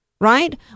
right